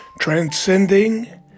Transcending